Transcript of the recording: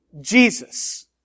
Jesus